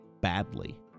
badly